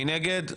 מי נגד?